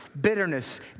bitterness